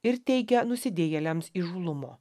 ir teikia nusidėjėliams įžūlumo